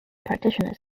practitioners